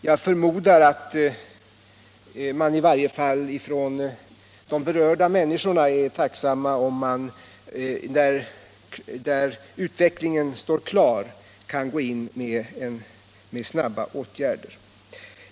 Jag förmodar att i varje fall de berörda människorna är tacksamma om man i de fall där utvecklingen framstår som klar kan gå in med snabba åtgärder.